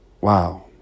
wow